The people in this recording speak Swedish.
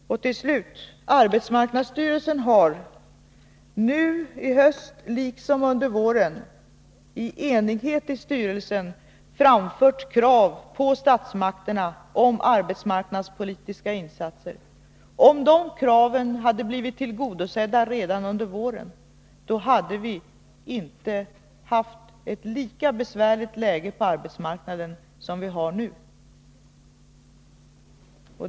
Till slut: Arbetsmarknadsstyrelsen har nu i höst liksom under våren med enighet i styrelsen framfört krav till statsmakterna på arbetsmarknadspolitiska insatser. Om de kraven hade blivit tillgodosedda redan under våren, hade vi inte haft ett lika besvärligt läge på arbetsmarknaden som vi har nu.